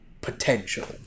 potential